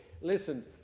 Listen